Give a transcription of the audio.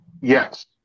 yes